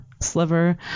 sliver